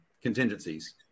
contingencies